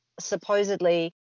supposedly